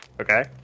okay